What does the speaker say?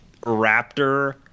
raptor